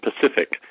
Pacific